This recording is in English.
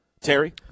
Terry